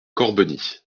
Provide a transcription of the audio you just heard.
corbeny